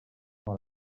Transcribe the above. dans